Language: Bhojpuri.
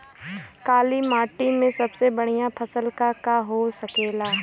काली माटी में सबसे बढ़िया फसल का का हो सकेला?